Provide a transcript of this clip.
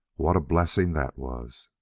what a blessing that was!